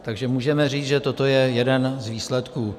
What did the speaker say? Takže můžeme říct, že toto je jeden z výsledků.